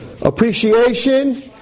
Appreciation